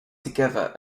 together